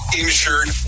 insured